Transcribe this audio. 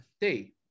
day